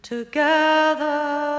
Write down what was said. together